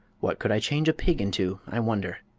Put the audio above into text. what could i change a pig into, i wonder?